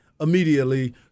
immediately